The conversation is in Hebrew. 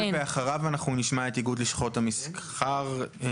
אני מברך על הדיו ועל הצעת החוק החשובה הזאת,